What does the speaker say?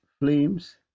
Flames